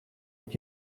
het